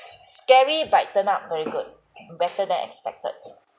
scary but it turned out very good better than expected